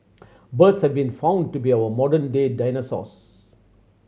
birds have been found to be our modern day dinosaurs